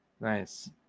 Nice